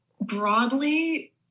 broadly